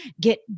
get